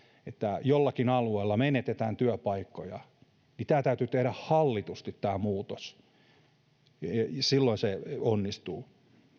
että joillakin alueilla menetetään työpaikkoja tämä muutos täytyy tehdä hallitusti silloin se onnistuu